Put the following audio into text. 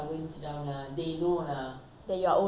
that you are old you are not you are not a young worker